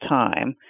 time